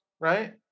right